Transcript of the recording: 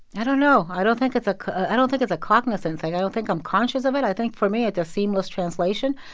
i don't know. i don't think it's a i don't think it's a cognizant thing. i don't think i'm conscious of it. i think for me it's a seamless translation,